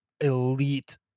elite